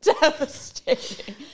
Devastating